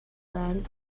then